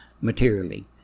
materially